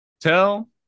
Tell